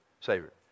Savior